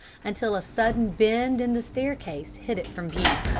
until a sudden bend in the staircase hid it from view.